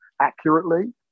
accurately